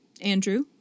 Andrew